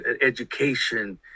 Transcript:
education